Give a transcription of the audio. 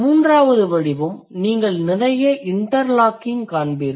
மூன்றாவது வடிவம் நீங்கள் நிறைய இன்டர்லாக்கிங் ஐ காண்பீர்கள்